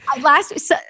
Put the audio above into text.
Last –